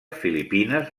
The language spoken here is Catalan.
filipines